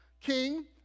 King